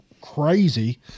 crazy